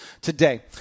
today